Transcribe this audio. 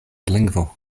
lingvo